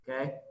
okay